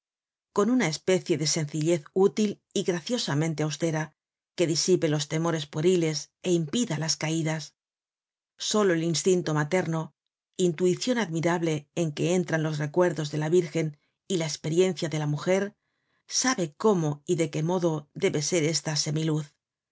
con una especie de sencillez útil y graciosamente austera que disipe los temores pueriles é impida las caidas solo el instinto materno intuicion admirable en que entran los recuerdos de la virgen y la esperiencia de la mujer sabe cómo y de qué modo debe ser esta